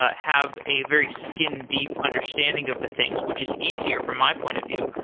ah have a very skin-deep understanding of the things, which is easier for my point of view.